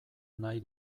nahi